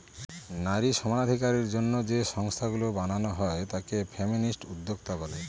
নারী সমানাধিকারের জন্য যে সংস্থাগুলা বানানো করা হয় তাকে ফেমিনিস্ট উদ্যোক্তা বলে